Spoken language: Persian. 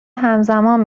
همزمان